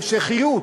המשכיות.